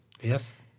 Yes